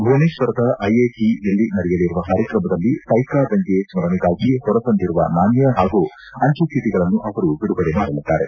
ಭುವನೇಶ್ವರದ ಐಐಟಿಯಲ್ಲಿ ನಡೆಯಲಿರುವ ಕಾರ್ಯಕ್ರಮದಲ್ಲಿ ಪ್ಲೆಕಾ ದಂಗೆ ಸ್ಗರಣೆಗಾಗಿ ಹೊರತಂದಿರುವ ನಾಣ್ಯ ಹಾಗೂ ಅಂಚೆ ಚೀಟಗಳನ್ನು ಅವರು ಬಿಡುಗಡೆ ಮಾಡಲಿದ್ದಾರೆ